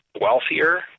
wealthier